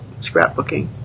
scrapbooking